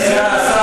את זה סגן השר,